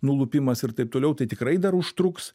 nulupimas ir taip toliau tai tikrai dar užtruks